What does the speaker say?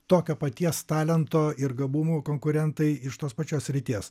tokio paties talento ir gabumo konkurentai iš tos pačios srities